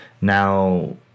Now